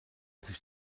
sich